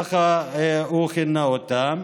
כך הוא כינה אותם.